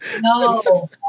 No